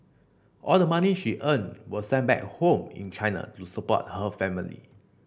all the money she earned was sent back home in China to support her family